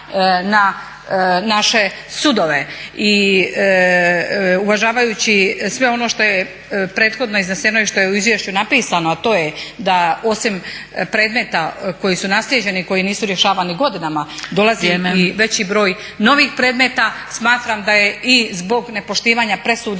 na naše sudove. I uvažavajući sve ono što je prethodno izneseno i što je u izvješću napisano a to je da osim predmeta koji su naslijeđeni i koji nisu rješavani godinama dolazi i veći broj novih predmeta. Smatram da je i zbog nepoštivanja presuda